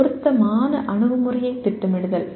பொருத்தமான அணுகுமுறையைத் திட்டமிடுதல்